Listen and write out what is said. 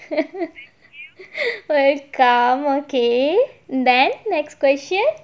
welcome okay then next question